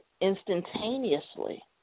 instantaneously